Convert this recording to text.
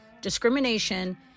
discrimination